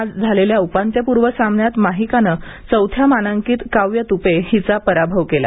आज झालेल्या उपांत्यपूर्व सामन्यात माहीकाने चौथ्या मानांकित काव्य त्पे हिचा पराभव केला